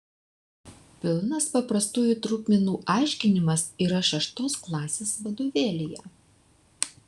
pilnas paprastųjų trupmenų aiškinimas yra šeštos klasės vadovėlyje